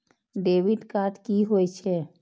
Debit card की होय छे?